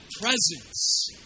presence